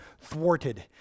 thwarted